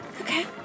Okay